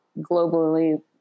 globally